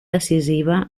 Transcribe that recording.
decisiva